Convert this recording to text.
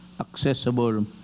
accessible